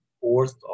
fourth